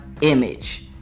image